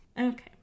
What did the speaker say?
Okay